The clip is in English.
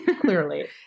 clearly